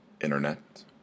internet